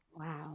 Wow